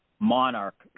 monarch